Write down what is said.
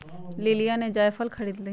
लिलीया ने जायफल खरीद लय